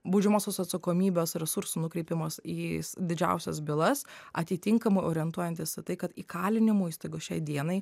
baudžiamosios atsakomybės resursų nukreipimas į didžiausias bylas atitinkamai orientuojantis į tai kad įkalinimų įstaigos šiai dienai